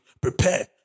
Prepare